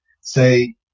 say